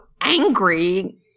angry